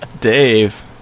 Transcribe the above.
Dave